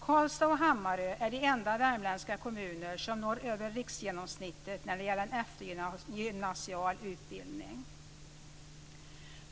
Karlstad och Hammarö är de enda värmländska kommuner som når över riksgenomsnittet när det gäller eftergymnasial utbildning.